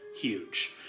huge